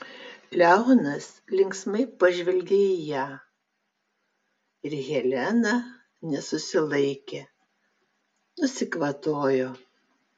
leonas linksmai pažvelgė į ją ir helena nesusilaikė nusikvatojo